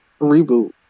reboot